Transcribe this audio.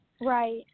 Right